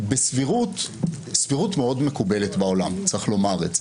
סבירות מאוד מקובלת בעולם, צריך לומר את זה.